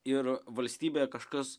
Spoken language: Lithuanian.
ir valstybėje kažkas